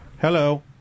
Hello